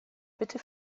bitte